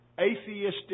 atheistic